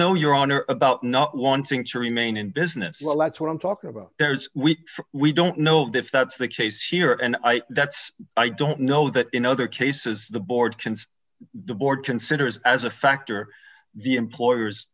know your honor about not wanting to remain in business well that's what i'm talking about we don't know if that's the case here and i that's i don't know that in other cases the board and the board considers as a factor the employer